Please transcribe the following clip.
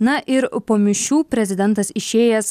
na ir po mišių prezidentas išėjęs